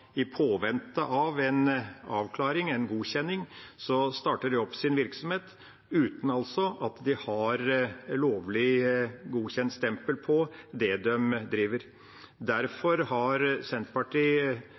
i påvente av en avklaring, en godkjenning, starter opp sin virksomhet uten at de har lovlig, godkjent, stempel på det de driver